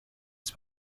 της